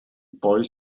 boy